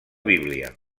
bíblia